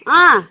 अँ